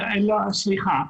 אה, סליחה.